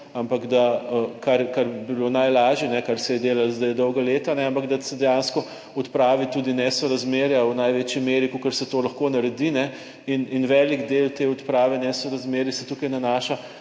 kar bi bilo najlažje, kar se je delalo zdaj dolga leta, ampak da se dejansko odpravi tudi nesorazmerja v največji meri, kakor se to lahko naredi in velik del te odprave nesorazmerij se tukaj nanaša